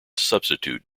substitute